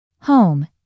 Home